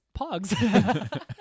Pogs